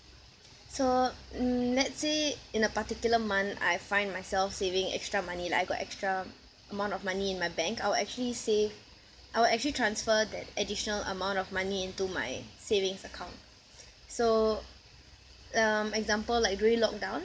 so mm let's say in a particular month I find myself saving extra money like I got extra amount of money in my bank I will actually save I will actually transfer that additional amount of money into my savings account so um example like during lockdown